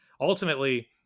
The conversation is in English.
ultimately